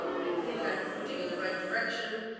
i think i'm pointing in the right direction.